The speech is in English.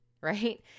right